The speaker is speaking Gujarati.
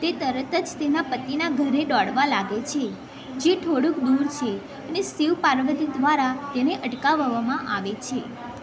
તે તરત જ તેના પતિનાં ઘરે દોડવા લાગે છે જે થોડૂંક દૂર છે અને શિવ પાર્વતી દ્વારા તેને અટકાવવામાં આવે છે